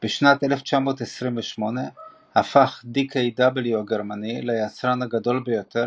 בשנת 1928 הפך DKW הגרמני ליצרן הגדול ביותר